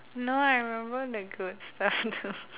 no I remember the good stuff too